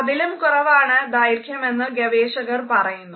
അതിലും കുറവാണ് ദൈർഖ്യമെന്ന് ഗവേഷകർ പറയുന്നു